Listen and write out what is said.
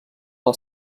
pel